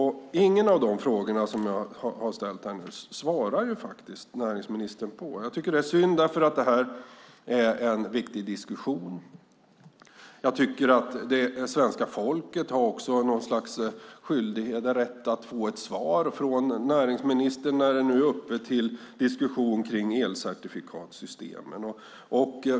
Näringsministern svarar inte på någon av de frågor som jag har ställt. Jag tycker att det är synd. Det är en viktig diskussion. Svenska folket har också rätt att få ett svar när nu elcertifikatssystemet är uppe till diskussion.